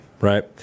right